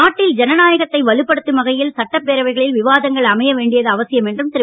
நாட்டில் ஜனநாயகத்தை வலுப்படுத்தும் வகையில் சட்டப்பேரவைகளில்ள விவாதங்கள் அமையவேண்டியது அவசியம் என்றும் திரு